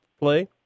play